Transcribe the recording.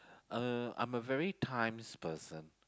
uh I'm a very times person